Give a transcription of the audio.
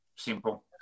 Simple